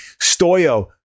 Stoyo